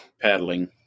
Paddling